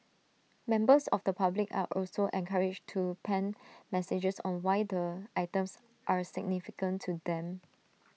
members of the public are also encouraged to pen messages on why the items are significant to them